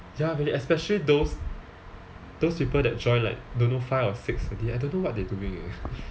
ya really especially those those people that join like don't know five or six I don't know what they doing eh